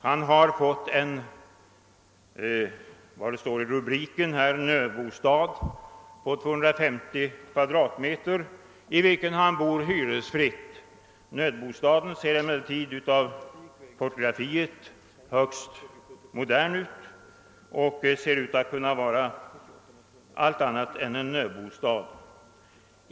Han har enligt vad som står under ett fotografi i artikeln fått en nödbostad på 250 m?, i vilken han bor hyresfritt. Nödbostaden verkar emellertid att vara högst modern av fotografiet att döma. Den ser ut att vara allt annat än en nödbostad.